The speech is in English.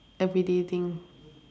everyday thing